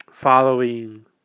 following